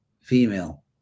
female